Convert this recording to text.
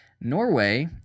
Norway